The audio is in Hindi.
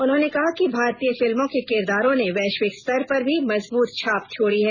उन्होंने कहा कि भारतीय फिल्मों के किरदारों ने वैश्विक स्तर पर भी मजबूत छाप छोड़ी है